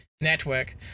Network